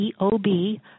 EOB